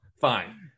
Fine